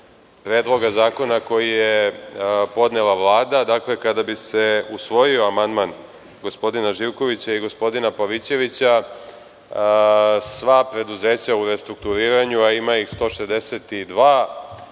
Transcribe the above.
Predloga zakona koji je podnela Vlada. Dakle, kada bi se usvojio amandman gospodina Živkovića i gospodina Pavićevića, sva preduzeća u restrukturiranju, a ima ih 162,